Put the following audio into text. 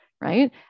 Right